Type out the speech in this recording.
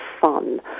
fun